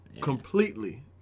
Completely